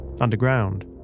underground